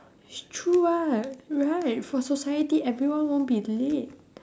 it's true what right for society everyone won't be late